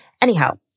Anyhow